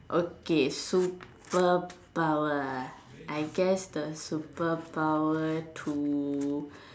okay super power I guess the super power to